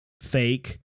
fake